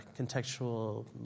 contextual